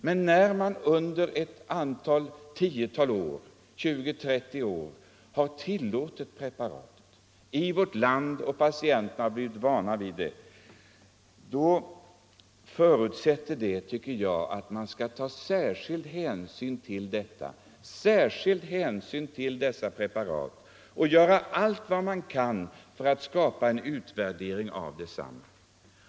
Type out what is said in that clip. Men när man under kanske 20-30 år har tillåtit preparatet i vårt land och patienterna blivit vana vid det så förutsätter det att man skall ta särskild hänsyn när man bedömer detta preparat och göra allt man kan för att skapa en utvärdering av det.